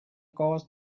cause